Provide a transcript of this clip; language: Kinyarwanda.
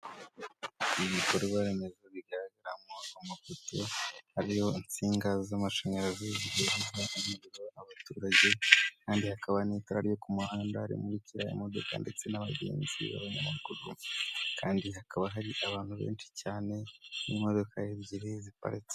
Perezida Paul Kagame w'u Rwanda ubwo yarari kwiyamamaza agahaguruka mu modoka agasuhuza abaturage bamushagaye, bose bafite utwapa duto twanditseho efuperi, ndetse hari abajepe bari kumurinda bareba hirya no hino bamucungira umutekano.